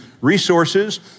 resources